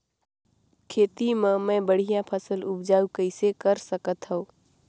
खेती म मै बढ़िया फसल उपजाऊ कइसे कर सकत थव?